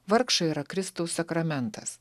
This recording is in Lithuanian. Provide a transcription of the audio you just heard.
vargšai yra kristaus sakramentas